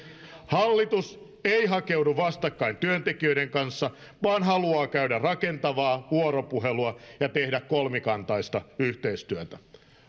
hallitus ei hakeudu vastakkain työntekijöiden kanssa vaan haluaa käydä rakentavaa vuoropuhelua ja tehdä kolmikantaista yhteistyötä